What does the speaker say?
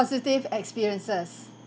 positive experiences